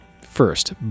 first